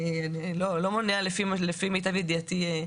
לפי מיטב ידיעתי,